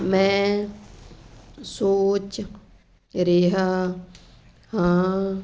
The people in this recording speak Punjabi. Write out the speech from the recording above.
ਮੈਂ ਸੋਚ ਰਿਹਾ ਹਾਂ